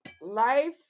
life